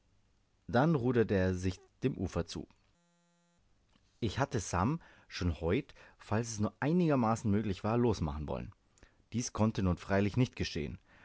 dann ruderte er sich dem ufer zu ich hatte sam schon heut falls es nur einigermaßen möglich war losmachen wollen dies konnte nun freilich nicht geschehen